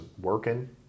working